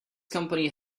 company